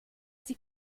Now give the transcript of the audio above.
sie